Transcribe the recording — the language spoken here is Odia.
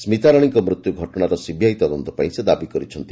ସ୍କିତାରାଣୀଙ୍କ ମୃତ୍ୟୁ ଘଟଣାର ସିବିଆଇ ତଦନ୍ତ ପାଇଁ ସେ ଦାବି କରିଛନ୍ତି